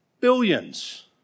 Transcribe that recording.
billions